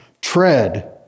tread